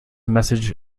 message